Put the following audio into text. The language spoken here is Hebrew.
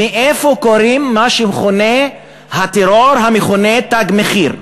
מאיפה קורה מה שמכונה, הטרור המכונה "תג מחיר"?